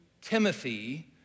Timothy